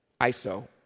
Iso